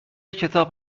کتاب